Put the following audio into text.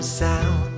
sound